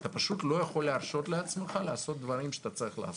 אתה פשוט לא יכול להרשות לעצמך לעשות דברים שאתה צריך לעשות.